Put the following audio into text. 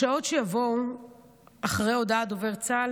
בשעות שבאו אחרי הודעת דובר צה"ל,